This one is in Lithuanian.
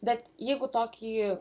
bet jeigu tokį